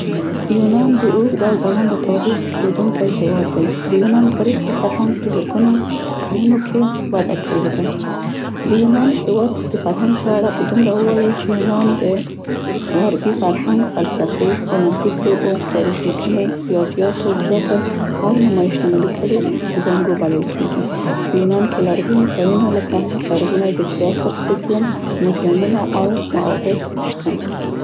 یونان د اوږد او ځلانده تاریخ درلودونکی هیواد دی. د یونان تاریخ او فرهنګ په د زرګونو کلونو کې وده کړې ده. د یونان هیواد د فرهنګ په اړه به دومره ووایو چې یونان دې غربي فرهنګ، فلسفې، المپیک لوبو، تاریخ لیکنې، ریاضیاتو، تياتر او نمایشنامه لیکلو زانګو بلل کیګي. په یونان کې لرغوني ځایونه لکه لرغونی د تياتر ستدیوم، موزیمونه او معابد شته.